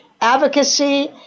Advocacy